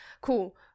cool